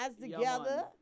together